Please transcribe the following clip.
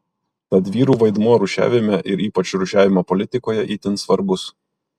tad vyrų vaidmuo rūšiavime ir ypač rūšiavimo politikoje itin svarbus